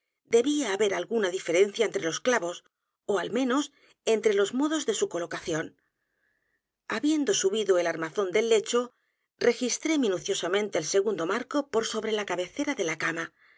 debía haber alguna diferencia entre los clavos ó al menos entre los modos de su colocación habiendo subido al armazón del lecho registré minuciosamente el segundo marco por sobre la cabecera de la cama